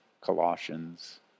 Colossians